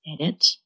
edit